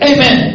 Amen